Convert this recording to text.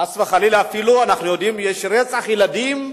חס וחלילה אפילו רצח ילדים,